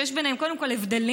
שיש ביניהם קודם כול הבדלים,